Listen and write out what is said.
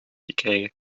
gekregen